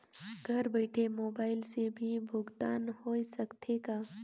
घर बइठे मोबाईल से भी भुगतान होय सकथे का?